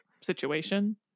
situation